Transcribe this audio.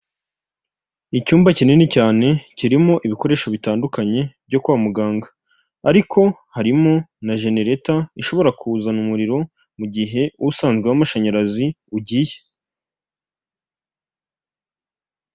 Icyumba kinini cyane, kirimo ibikoresho bitandukanye byo kwa muganga ariko harimo na jenereta ishobora kuzana umuriro mu gihe usanzwe w'amashanyarazi ugiye.